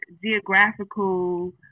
geographical